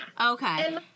Okay